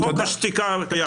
חוק השתיקה הקיים.